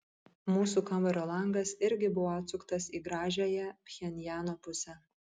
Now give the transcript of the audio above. mūsų kambario langas irgi buvo atsuktas į gražiąją pchenjano pusę